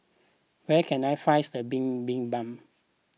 where can I finds the Bibimbap